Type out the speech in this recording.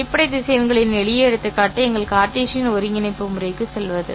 அடிப்படை திசையன்களின் எளிய எடுத்துக்காட்டு எங்கள் கார்ட்டீசியன் ஒருங்கிணைப்பு முறைக்குச் செல்வது